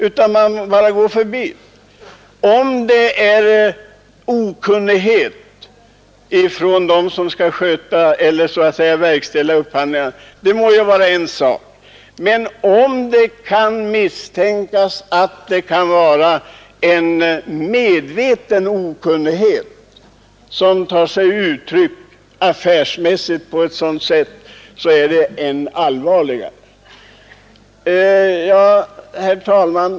Om det beror på okunnighet av dem som skall verkställa upphandlingarna må det vara en sak. Men om det kan misstänkas att det kan vara en medveten okunnighet som tar sig uttryck på ett icke affärsmässigt sätt är det allvarligare. Herr talman!